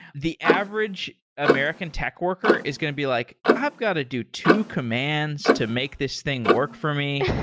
the average american tech worker is going to be like, i've got to do two commands to make this thing work for me.